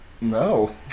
No